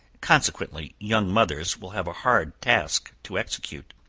consequently young mothers will have a hard task to execute.